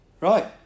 Right